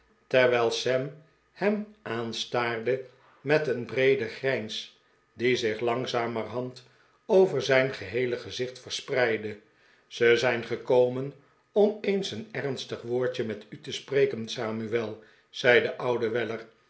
terwijl sam hem aanstaarde met een breeden grijns die zich langzamerhand over zijn geheele gezicht verspreidde zij zijn gekomen om eens een ernstig woordje met u te spreken samuel zei de oude weller